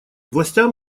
властям